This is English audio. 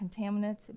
contaminants